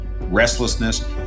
restlessness